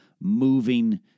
moving